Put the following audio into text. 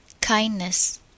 Kindness